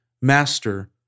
Master